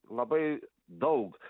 labai daug